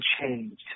changed